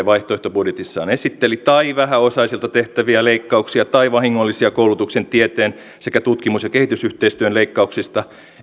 vaihtoehtobudjetissaan esitteli tai vähäosaisilta tehtävistä leikkauksista tai vahingollisista koulutuksen tieteen sekä tutkimus ja kehitysyhteistyön leikkauksista